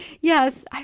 Yes